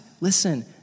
listen